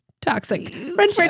Toxic